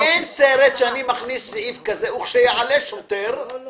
אין סרט שאני מכניס סעיף כזה: "וכשיעלה שוטר...".